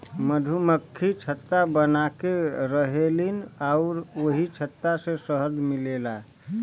मधुमक्खि छत्ता बनाके रहेलीन अउरी ओही छत्ता से शहद मिलेला